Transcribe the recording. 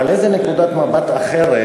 אבל איזו נקודת מבט אחרת,